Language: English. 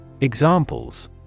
examples